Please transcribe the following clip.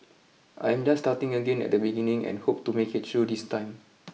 I am just starting again at the beginning and hope to make it through this time